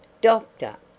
doctor!